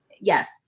Yes